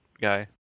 guy